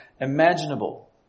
imaginable